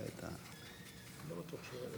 אתם לא חייבים